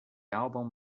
album